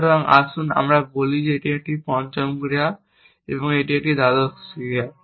সুতরাং আসুন আমরা বলি এটি পঞ্চম ক্রিয়া এবং এটি দ্বাদশ ক্রিয়া